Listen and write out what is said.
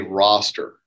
roster